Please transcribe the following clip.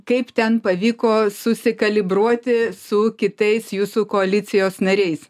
kaip ten pavyko susikalibruoti su kitais jūsų koalicijos nariais